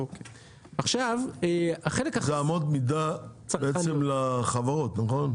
זה אמות מידה בעצם לחברות, נכון?